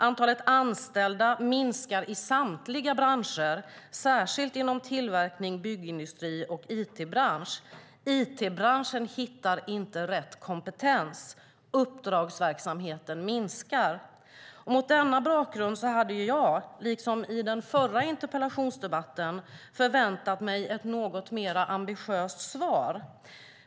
Antalet anställda minskar i samtliga branscher, särskilt i tillverkningsindustrin, byggindustrin och IT-branschen." It-branschen hittar inte rätt kompetens. Uppdragsverksamheten minskar. Mot denna bakgrund hade jag, liksom i den förra interpellationsdebatten, förväntat mig ett något mer ambitiöst svar.